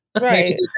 right